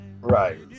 Right